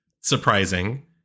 surprising